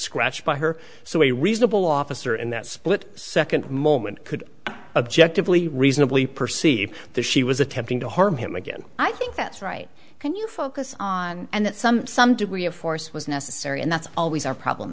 scratched by her so a reasonable officer in that split second moment could object to flee reasonably perceive the she was attempting to harm him again i think that's right can you focus on and that some some degree of force was necessary and that's always our problem